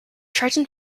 triton